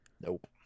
Nope